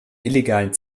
illegalen